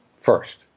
first